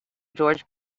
george